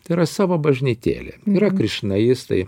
tai yra savo bažnytėlė yra krišnaijistai